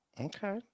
Okay